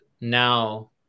now